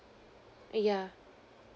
yeah